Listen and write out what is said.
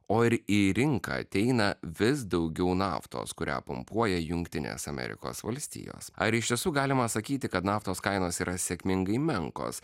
o ir į rinką ateina vis daugiau naftos kurią pumpuoja jungtinės amerikos valstijos ar iš tiesų galima sakyti kad naftos kainos yra sėkmingai menkos